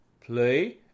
play